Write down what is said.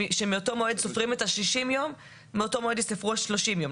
שמאותו מועד סופרים 60 ימים שמאותו יום ייספרו 30 ימים.